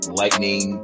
lightning